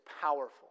powerful